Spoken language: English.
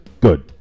good